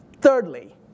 Thirdly